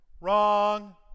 Wrong